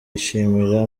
yishimira